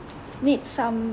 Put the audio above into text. need some